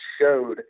showed –